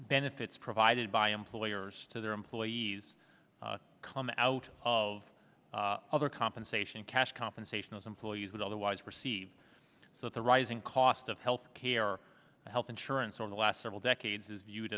benefits provided by employers to their employees come out of other compensation cash compensation as employees would otherwise perceive so the rising cost of health care the health insurance or the last several decades is viewed